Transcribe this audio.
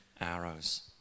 arrows